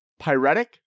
Pyretic